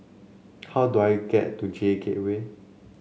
how do I get to J Gateway